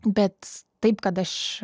bet taip kad aš